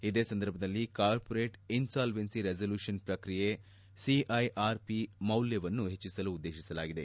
ಇದೇ ಸಂದರ್ಭದಲ್ಲಿ corporate insolvency resolution ಪ್ರಕ್ರಿಯೆ ಸಿಐಆರ್ಪ ಮೌಲ್ಲವನ್ನು ಹೆಚ್ಲಿಸಲು ಉದ್ಲೇಶಿಸಲಾಗಿದೆ